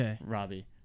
Robbie